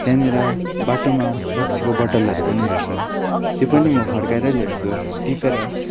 त्यहाँनिर बाटोमा रक्सीको बोतलहरू पनि भेट्छ त्यो पनि म फर्काएरै ल्याउँछु टिपेर